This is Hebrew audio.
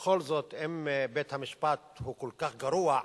ובכל זאת, אם בית-המשפט הוא כל כך גרוע,